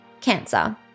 Cancer